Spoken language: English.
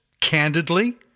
candidly